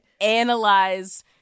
analyze